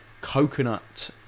coconut